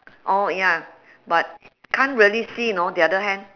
oh ya but can't really see you know the other hand